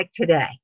today